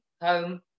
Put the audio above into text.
home